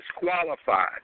Disqualified